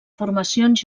formacions